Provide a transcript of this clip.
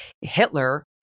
Hitler